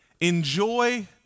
enjoy